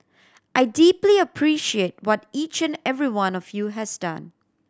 I deeply appreciate what each and every one of you has done